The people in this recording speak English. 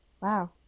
Wow